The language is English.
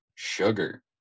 Sugar